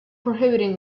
prohibiting